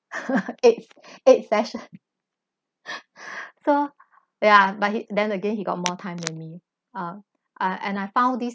eigh eight sessions so yeah but he then again he got more time than me uh and I found these